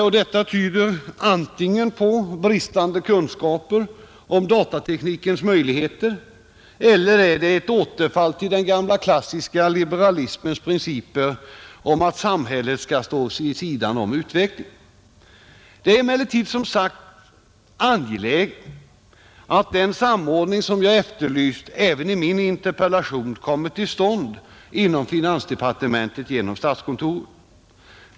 Antingen tyder detta på bristande kunskaper om datateknikens möjligheter eller också är det ett återfall i den gamla klassiska liberalismens principer att samhället skall stå vid sidan om utvecklingen. Det är emellertid som sagt angeläget att den samordning som jag även i min interpellation har efterlyst kommer till stånd inom finansdepartementet genom statskontoret.